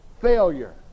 failure